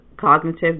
cognitive